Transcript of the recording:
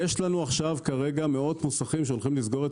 יש לנו עכשיו כרגע מאות מוסכים שהולכים לסגור את